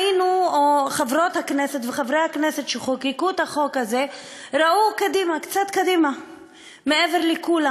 חברות הכנסת וחברי הכנסת שחוקקו את החוק הזה ראו קצת קדימה מעבר לכולם,